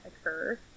occur